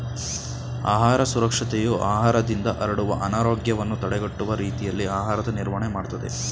ಆಹಾರ ಸುರಕ್ಷತೆಯು ಆಹಾರದಿಂದ ಹರಡುವ ಅನಾರೋಗ್ಯವನ್ನು ತಡೆಗಟ್ಟುವ ರೀತಿಯಲ್ಲಿ ಆಹಾರದ ನಿರ್ವಹಣೆ ಮಾಡ್ತದೆ